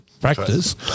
practice